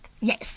Yes